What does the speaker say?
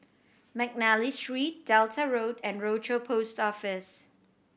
McNally Street Delta Road and Rochor Post Office